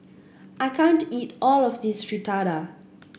I can't eat all of this Fritada